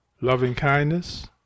Loving-kindness